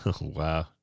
Wow